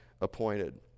appointed